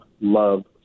love